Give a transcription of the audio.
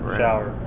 shower